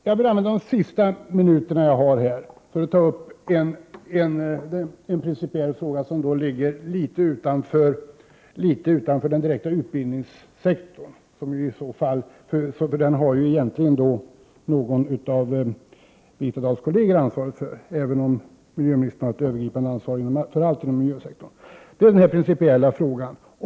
Jag vill använda min sista tid i denna debatt för att ta upp en principiell fråga som ligger litet utanför den direkta utbildningssektorn, och det är någon av Birgitta Dahls kolleger som har ansvar för den, även om Birgitta Dahl har ett övergripande ansvar för allt inom miljösektorn.